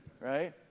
right